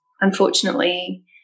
unfortunately